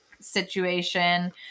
situation